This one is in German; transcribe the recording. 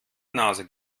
nase